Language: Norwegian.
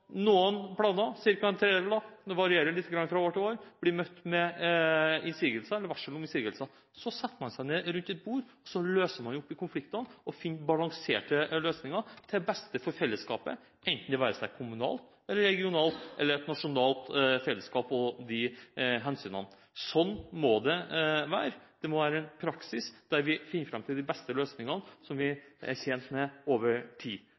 noen planer, ca. en tredjedel – det varierer litt fra år til år – blir møtt med innsigelser eller varsel om innsigelser. Så setter man seg ned rundt et bord, løser konfliktene og finner balanserte løsninger til beste for fellesskapet, det være seg enten et kommunalt, et regionalt eller et nasjonalt fellesskap og hensynene her. Sånn må det være. Det må være en praksis der vi finner fram til de beste løsningene som vi er tjent med over tid.